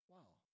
Wow